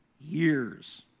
years